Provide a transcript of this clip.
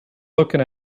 looking